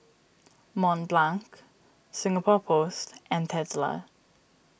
Mont Blanc Singapore Post and Tesla